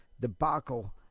debacle